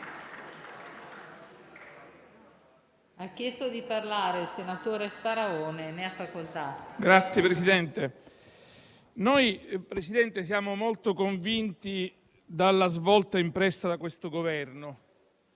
Signor Presidente, noi siamo molto convinti dalla svolta impressa da questo Governo.